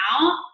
now